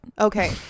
okay